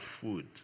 food